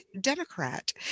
Democrat